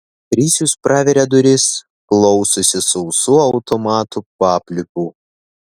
krisius praveria duris klausosi sausų automato papliūpų